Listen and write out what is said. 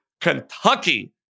Kentucky